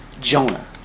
Jonah